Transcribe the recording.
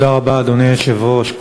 אדוני היושב-ראש, תודה רבה.